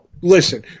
listen